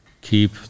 keep